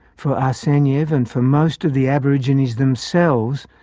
for arsenyev and for most of the aborigines themselves,